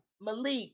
Malik